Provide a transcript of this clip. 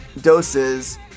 doses